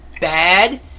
bad